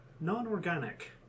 Non-organic